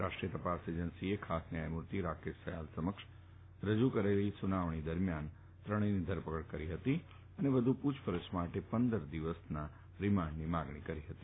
રાષ્ટ્રીય તપાસ એજન્સીએ ખાસ ન્યાયમૂર્તિ રાકેશ સયાલ સમક્ષ ચેમ્બરમાં થયેલી સુનાવણી દરમ્યાન ત્રણેયની ધરપકડ કરી હતી અને વધુ પૂછપરછ માટે પંદર દિવસના રીમાન્ડની માંગણી કરી હતી